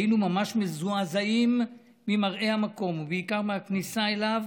היינו ממש מזועזעים ממראה המקום ובעיקר מהכניסה אליו,